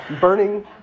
burning